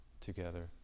together